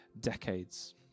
decades